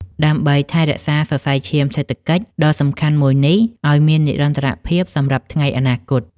ដើម្បីថែរក្សាសរសៃឈាមសេដ្ឋកិច្ចដ៏សំខាន់មួយនេះឱ្យមាននិរន្តរភាពសម្រាប់ថ្ងៃអនាគត។